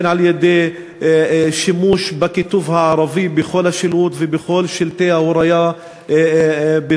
הן על-ידי שימוש בכיתוב ערבי בכל השילוט ובכל שלטי ההוריה בקמפוסים,